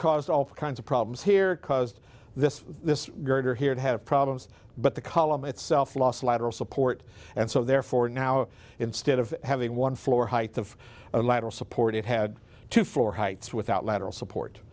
caused all kinds of problems here caused this this girder here to have problems but the column itself lost lateral support and so therefore now instead of having one floor height of lateral support it had to floor heights without lateral support